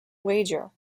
wager